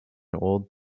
old